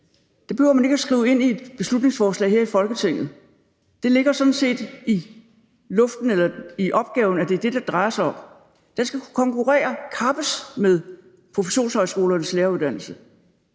Det behøver man ikke skrive ind i et beslutningsforslag her i Folketinget. Det ligger sådan set i opgaven, at det er det, det drejer sig om. Den skal kunne konkurrere med professionshøjskolernes læreruddannelse.